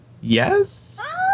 Yes